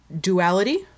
duality